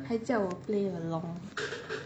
还叫我 play along